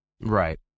Right